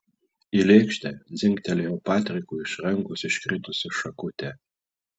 į lėkštę dzingtelėjo patrikui iš rankos iškritusi šakutė